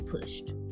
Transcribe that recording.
pushed